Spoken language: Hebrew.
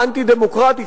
האנטי-דמוקרטי,